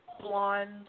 blonde